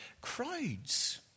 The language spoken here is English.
crowds